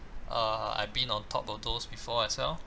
err I've been on top of those before as well